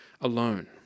alone